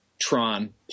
Tron